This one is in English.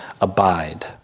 abide